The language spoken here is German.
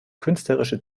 künstlerische